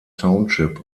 township